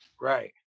right